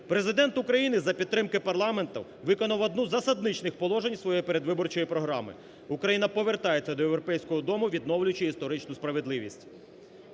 Президент України за підтримки парламенту виконав одну із засадничих положень своєї передвиборчої програми: Україна повертається до європейського дому відновлюючи історичну справедливість.